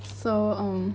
so um